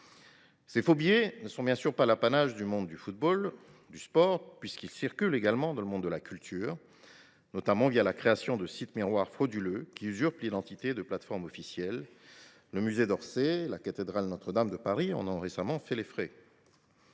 Les faux billets ne sont pas l’apanage du monde du football, du sport, puisqu’ils circulent également dans le monde de la culture, notamment la création de sites miroirs frauduleux qui usurpent l’identité de plateformes officielles. Le musée d’Orsay, la cathédrale Notre Dame de Paris en ont récemment fait les frais.